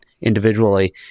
individually